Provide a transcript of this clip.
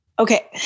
Okay